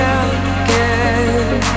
again